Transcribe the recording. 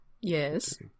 yes